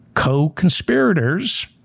co-conspirators